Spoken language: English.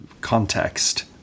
context